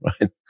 Right